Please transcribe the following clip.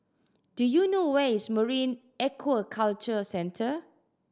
do you know where is Marine Aquaculture Centre